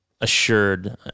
assured